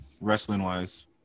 wrestling-wise